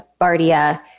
bardia